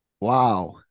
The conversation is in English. Wow